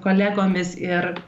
kolegomis ir